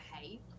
behave